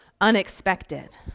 unexpected